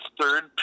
third